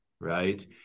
right